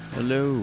Hello